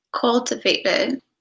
cultivated